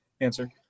answer